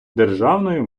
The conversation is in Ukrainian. державною